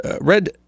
red